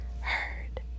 heard